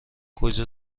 کجا